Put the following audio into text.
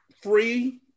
Free